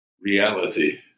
reality